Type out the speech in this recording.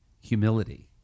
humility